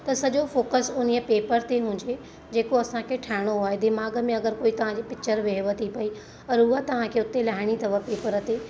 त सॼो फ़ोकस उन पेपर ते हुजे जेको असांखे ठाहिणो आहे दिमाग़ में अगरि कोई तव्हां जे पिच्चर वेह थी पई और उहा तव्हांखे उते लाहिणी अथव पेपर ते